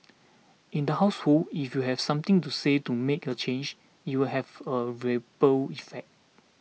in the household if you've something to say to make a change it will have a ripple effect